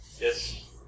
Yes